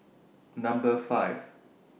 Number five